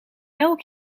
elk